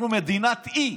אנחנו מדינת אי,